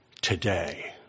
today